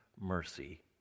mercy